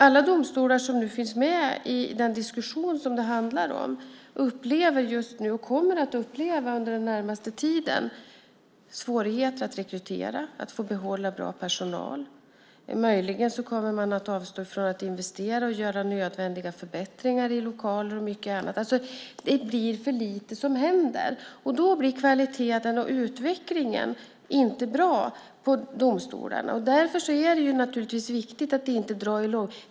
Alla domstolar som nu finns med i den diskussion som det handlar om upplever just nu och kommer under den närmaste tiden att uppleva svårigheter att rekrytera och behålla bra personal. Möjligen kommer man att avstå från att investera och göra nödvändiga förbättringar av lokaler och mycket annat. Det blir för lite som händer. Då blir kvaliteten och utvecklingen inte bra på domstolarna. Därför är det naturligtvis viktigt att inte dra detta i långbänk.